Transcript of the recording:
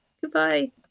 Goodbye